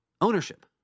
ownership